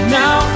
now